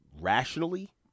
Rationally